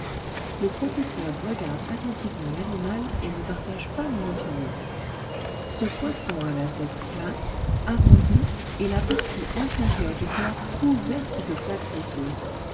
le professeur regarde attentivement l'animal et ne partage pas mon opinion ce poisson a la tête plate arrondie et la partie antérieure du corps couverte de plaques osseuses